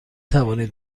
توانید